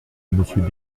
monsieur